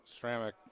ceramic